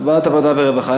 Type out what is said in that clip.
ועדת עבודה ורווחה.